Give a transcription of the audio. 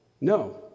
No